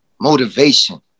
Motivation